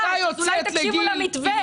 אולי תקשיבו למתווה.